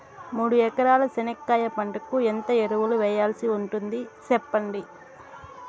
మూడు ఎకరాల చెనక్కాయ పంటకు ఎంత ఎరువులు వేయాల్సి ఉంటుంది సెప్పండి?